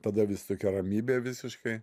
tada vis tokia ramybė visiškai